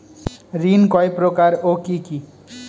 ঋণ কয় প্রকার ও কি কি?